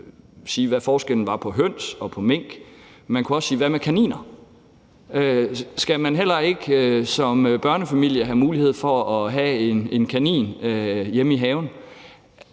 sige, hvad forskellen var på høns og på mink. Man kunne også spørge: Hvad med kaniner? Skal man heller ikke som børnefamilie have mulighed for at have en kanin hjemme i haven?